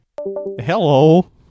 Hello